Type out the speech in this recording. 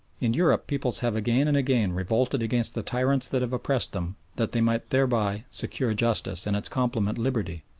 in europe peoples have again and again revolted against the tyrants that have oppressed them that they might thereby secure justice and its complement liberty,